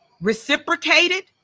reciprocated